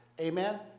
Amen